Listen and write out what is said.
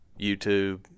YouTube